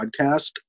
podcast